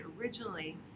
originally